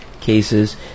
cases